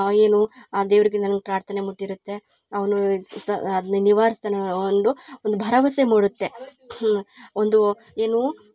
ಏನು ಆ ದೇವರಿಗೆ ನನ್ನ ಪ್ರಾರ್ಥನೆ ಮುಟ್ಟಿರುತ್ತೆ ಅವನು ಅದ್ನ ನಿವಾರಿಸ್ತಾನೆ ಒಂದು ಒಂದು ಭರವಸೆ ಮೂಡುತ್ತೆ ಒಂದು ಏನೂ